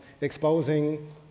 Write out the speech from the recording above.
exposing